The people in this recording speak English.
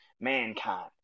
Mankind